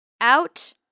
out